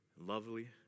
lovely